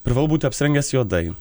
privalau būti apsirengęs juodai